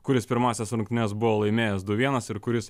kuris pirmąsias rungtynes buvo laimėjęs du vienas ir kuris